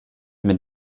mit